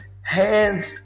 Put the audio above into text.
hands